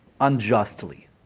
unjustly